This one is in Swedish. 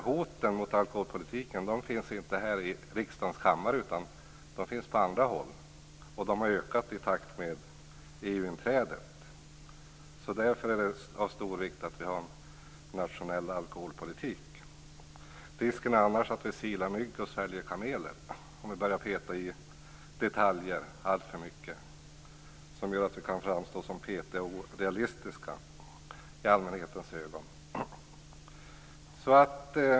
Hoten mot alkoholpolitiken finns inte här i riksdagens kammare utan på andra håll, och de har ökat i takt med EU Det är därför av stor vikt att vi har en nationell alkoholpolitik. Risken är annars att vi silar mygg och sväljer kameler om vi börjar peta i detaljer alltför mycket. Det gör att vi kan framstå som petiga och orealistiska i allmänhetens ögon.